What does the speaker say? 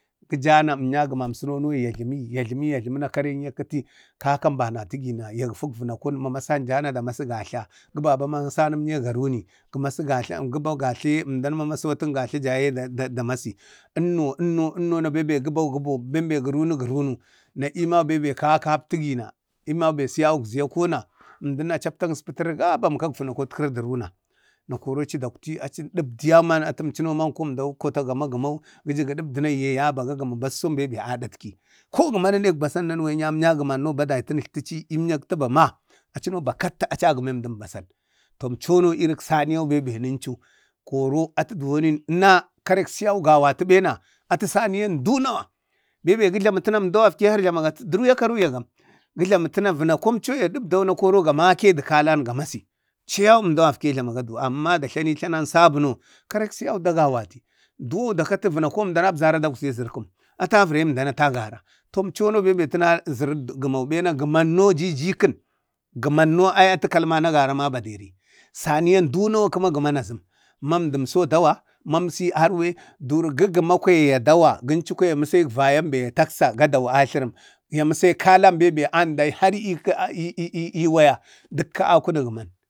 gəjana əmnya gəmansono yajləmi, yajləmina kareŋi a təpi. Kaka əmbana təna ma masn jana da masi gatla, gəba masannyem, ga rani. gəba gatla əmdan ma masatvatən gatla jaye da masi. Ʒmno ənno na ga ɗabdi, ga runi, gaɗabbdi ga runi, na imaube kaka haptigina, imaube siyau uzgi yako na, əmdan a chapta astafan gabam kak vəna kotkari də runa, kori achi dawti da da ɗabdi na gajlami wujurəni gabu ga gəmi basasou be aɗatki. ətəno basasou nanu wan yaye dɔ əmnyagəmanna badeu ma, iəmnyeta təba, bakatta achi a gəme əmdən basan. Ʒmchono irik saniyan be nunchan, koro atu duwonni təna karek siyau gavatu ɓena atu saniyan dunowa. Beube gəjlamətəna amdau gafke har jlamaga, də tuya ka ruyagam, əmcho ya ɗabdauna koro ga makedu kalan ga masi, Ʒmcheyau əmdau gafke jlamagadu amna təna sabuno karek siyau da gawati duwa da kati vunakou əmdau abzara da uzge zarkam, ata vəraye əndan atagara. to əmcho no beube zara gəmau ɓena gəmanno jijikam. Gəmanno ai ata kalman agaran a baderi, saniyan dunowan kəma gəmanno azam. Ma əmdamso a dawa, ma amsi arire durigəgəmu gənchi kwaya ye dawa, gənchu kwaya ya məsək vayambe ya dawa atlərəm. Məsayi kalan bembe ana dai har i i i waya, tala a kunu gəman.